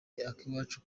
akiwacu